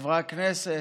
חברי הכנסת,